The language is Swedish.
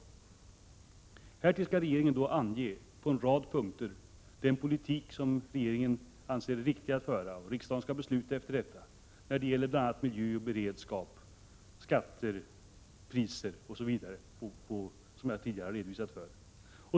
Härtill skall regeringen på en rad punkter ange den politik inom energiområdet som regeringen finner riktig och vill ha riksdagens godkännande för. Det gäller bl.a. kraven på miljö och beredskap och inriktningen av energiskatter, priser osv. på det sätt som jag tidigare redovisat.